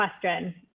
question